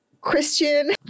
Christian